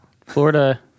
Florida